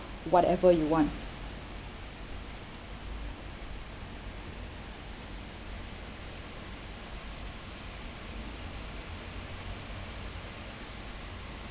whatever you want